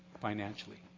financially